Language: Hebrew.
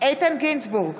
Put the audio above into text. איתן גינזבורג,